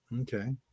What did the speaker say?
Okay